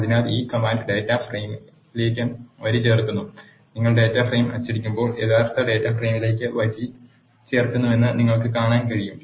അതിനാൽ ഈ command data ഫ്രെയിമിലേക്ക് വരി ചേർക്കുന്നു നിങ്ങൾ ഡാറ്റ ഫ്രെയിം അച്ചടിക്കുമ്പോൾ യഥാർത്ഥ ഡാറ്റ ഫ്രെയിമിലേക്ക് വരി ചേർത്തുവെന്ന് നിങ്ങൾക്ക് കാണാൻ കഴിയും